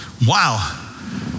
Wow